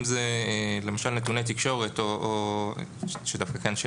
אם זה למשל נתוני תקשורת - כאן דווקא יש